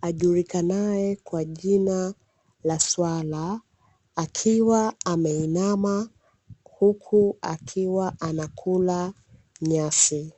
ajulikanaye kwa jina la swala, akiwa ameinama huku akiwa anakula nyasi.